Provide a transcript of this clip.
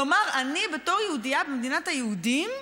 כלומר, אני, בתור יהודייה במדינת היהודים,